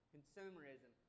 Consumerism